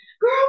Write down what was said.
Girl